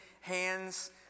hands